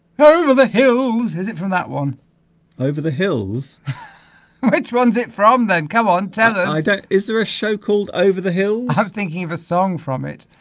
her over the hills is it from that one over the hills which runs it from then come on teller i don't is there a show called over the hill i'm thinking of a song from it